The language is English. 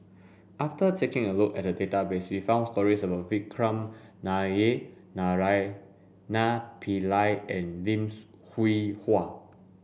after taking a look at the database we found stories about Vikram Nair Naraina Pillai and Lim Hwee Hua